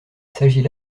s’agit